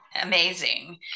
amazing